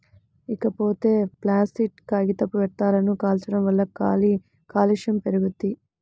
ఇకపోతే ప్లాసిట్ కాగితపు వ్యర్థాలను కాల్చడం వల్ల గాలి కాలుష్యం పెరుగుద్ది